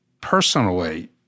Personally